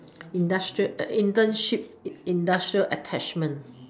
industrial internship industrial attachment